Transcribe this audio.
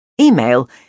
Email